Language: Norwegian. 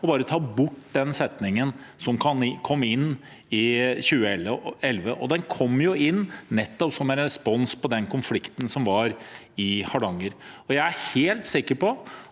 bare å ta bort den setningen, som kom inn i 2011, og den kom inn nettopp som en respons på den konflikten som var i Hardanger. Jeg er helt sikker på